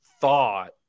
thought